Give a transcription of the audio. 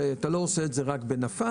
שאתה לא עושה את זה רק בנפה,